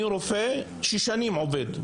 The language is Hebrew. אני רופא שעובד שנים,